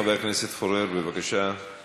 חבר הכנסת פורר עודד,